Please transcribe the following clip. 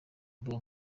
imbuga